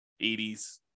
80s